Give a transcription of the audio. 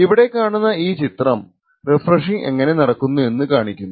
ഇവിടെ കാണുന്ന ഈ ചിത്രം റിഫ്രഷിങ് എങ്ങനെ നടക്കുന്നു എന്ന് കാണിക്കുന്നു